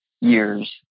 years